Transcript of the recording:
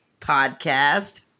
podcast